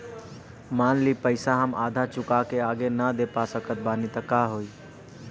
मान ली पईसा हम आधा चुका के आगे न दे पा सकत बानी त का होई?